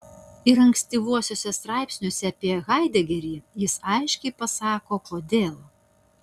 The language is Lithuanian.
ir ankstyvuosiuose straipsniuose apie haidegerį jis aiškiai pasako kodėl